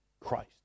Christ